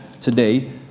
today